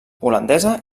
holandesa